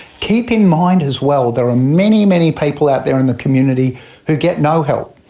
keep in mind as well there are many, many people out there in the community who get no help.